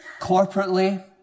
corporately